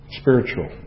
spiritual